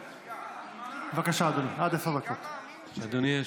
בבקשה, אדוני.